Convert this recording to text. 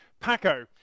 Paco